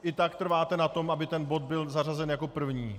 I tak trváte na tom, aby ten bod byl zařazen jako první?